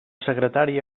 secretari